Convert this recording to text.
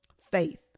faith